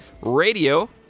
radio